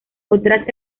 otras